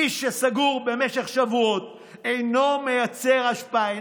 מי שסגור במשך שבועות אינו מייצר השפעה,